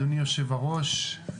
אדוני היושב-ראש,